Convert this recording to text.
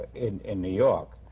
in in new york.